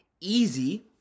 Easy